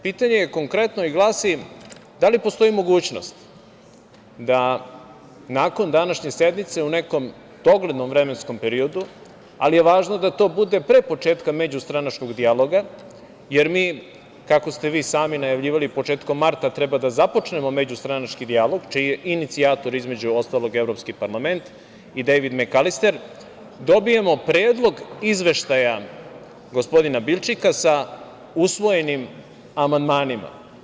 Pitanje, konkretno, glasi – da li postoji mogućnost da, nakon današnje sednice, u nekom doglednom vremenskom periodu, ali je važno da to bude pre početka međustranačkog dijaloga, jer mi, kako ste vi sami najavljivali, početkom marta treba da započnemo međustranački dijalog, čiji je inicijator, između ostalog, Evropski parlament i Dejvid Mekalister, dobijemo Predlog izveštaja gospodina Bilčika sa usvojenim amandmanima?